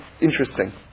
interesting